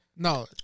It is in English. No